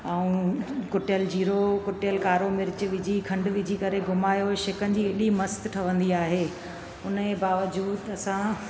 ऐं कुटियलु जीरो कुटियल कारो मिर्च विझी खंडु विझी करे घुमायो शिकंजी हेॾी मस्त ठहंदी आहे उन जे बावजूद असां